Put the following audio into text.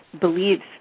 Believes